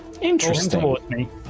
Interesting